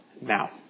Now